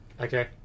Okay